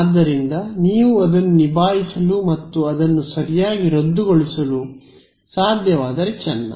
ಆದ್ದರಿಂದ ನೀವು ಅದನ್ನು ನಿಭಾಯಿಸಲು ಮತ್ತು ಅದನ್ನು ಸರಿಯಾಗಿ ರದ್ದುಗೊಳಿಸಲು ಸಾಧ್ಯವಾದರೆ ಚೆನ್ನ